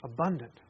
abundant